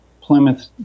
Plymouth